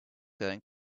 going